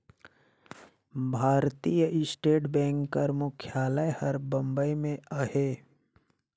भारतीय state bank कर मुख्यालय हर बंबई में अहे